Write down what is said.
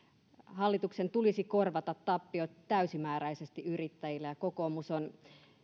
hallituksen tulisi korvata tappiot täysimääräisesti yrittäjille kokoomus on